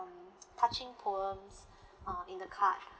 um touching poems uh in the card